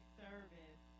service